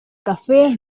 café